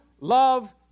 love